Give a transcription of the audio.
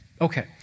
Okay